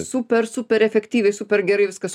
super super efektyviai super gerai viskas